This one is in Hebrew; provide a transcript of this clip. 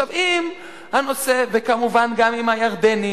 עכשיו, אם הנושא הזה, וכמובן גם עם הירדנים,